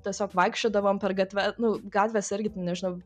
tiesiog vaikščiodavom per gatve nu gatvėse irgi ten nežinau